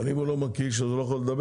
אבל אם הוא לא מקיש, הוא לא יכול לדבר.